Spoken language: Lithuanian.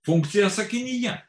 funkcija sakinyje